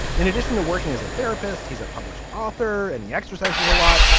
in addition to working as a therapist, he's a published author and he exercises a lot.